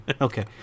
Okay